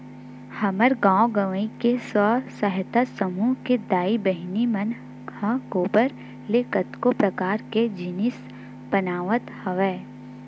हमर गाँव गंवई के स्व सहायता समूह के दाई बहिनी मन ह गोबर ले कतको परकार के जिनिस बनावत हवय